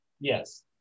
Yes